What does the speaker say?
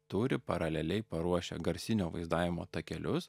turi paraleliai paruošę garsinio vaizdavimo takelius